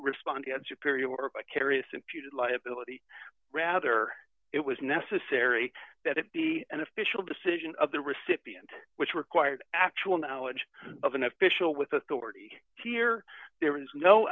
responded superior or a curious imputed liability rather it was necessary that it be an official decision of the recipient which required actual knowledge of an official with authority here there is no